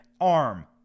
arm